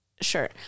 sure